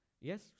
Yes